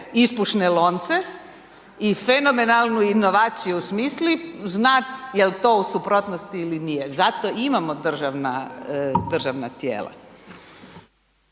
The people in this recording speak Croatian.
ispušne lonce i fenomenalnu inovaciju osmisli znati je li to u suprotnosti ili nije. Zato i imamo državna tijela.